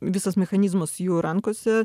visas mechanizmas jų rankose